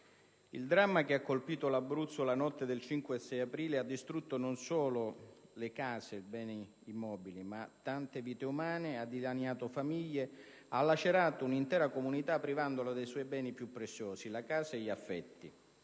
il dramma che ha colpito l'Abruzzo nella notte tra il 5 e il 6 aprile scorso ha distrutto non solo le case e i beni immobili, ma anche tante vite umane, ha dilaniato famiglie, ha lacerato un'intera comunità privandola dei suoi beni più preziosi: la casa e gli affetti.